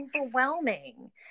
overwhelming